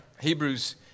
Hebrews